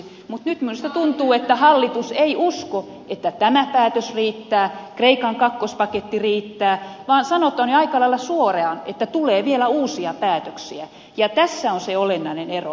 mutta nyt minusta tuntuu että hallitus ei usko että tämä päätös riittää kreikan kakkospaketti riittää vaan sanotaan jo aika lailla suoraan että tulee vielä uusia päätöksiä ja tässä on se olennainen ero